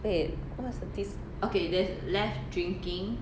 wait what's the 第四